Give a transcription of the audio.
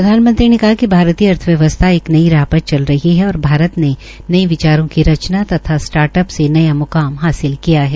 प्रधानमंत्री ने कहा कि भारतीय अर्थव्यवस्था एक नई राह पर चल रही है और भारत ने नये विचारों की रचना तथा स्टार्टअप से न्या मुकाम हासिल किया है